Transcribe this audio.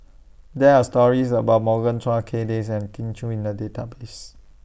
There Are stories about Morgan Chua Kay Das and Kin Chui in The Database